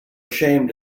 ashamed